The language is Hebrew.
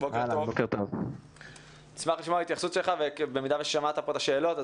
ההתייחסות שלך וגם שמעת את השאלות.